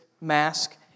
mask